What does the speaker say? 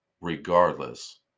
regardless